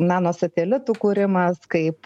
nano satelitų kūrimas kaip